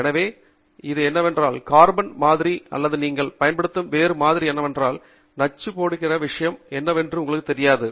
எனவே அது என்னவென்றால் கார்பன் மாதிரி அல்லது நீங்கள் பயன்படுத்தும் வேறு மாதிரி என்னவென்றால் நச்சுப் போடுகிற விஷயம் என்னவென்று உங்களுக்குத் தெரியாது